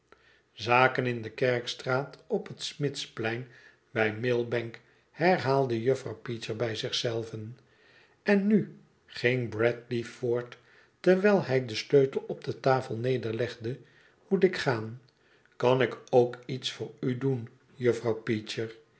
zaken in de kerkstraat op het smidsplein bij millbank herhaalde juffrouw peecher bij zich zelve en nu ging bradley voort terwijl hij den sleutel op de tafel nederlegde moet ik gaan kan ik ook iets voor u doeti juffrouw peecher